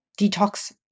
detox